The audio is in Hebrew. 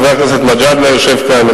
חבר הכנסת מג'אדלה יושב כאן,